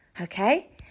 Okay